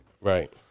Right